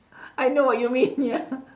I know what you mean ya